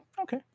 Okay